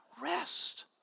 rest